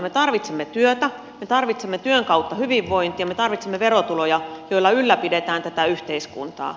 me tarvitsemme työtä me tarvitsemme työn kautta hyvinvointia me tarvitsemme verotuloja joilla ylläpidetään tätä yhteiskuntaa